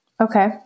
Okay